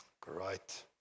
Great